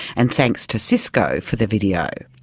and thanks to cisco for the video.